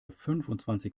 fünfundzwanzig